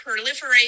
proliferate